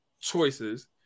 choices